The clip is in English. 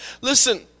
Listen